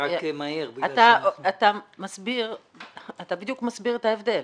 אתה בדיוק מסביר את ההבדל.